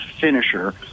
finisher